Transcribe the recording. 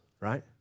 right